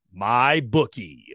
MyBookie